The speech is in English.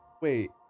wait